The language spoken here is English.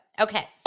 okay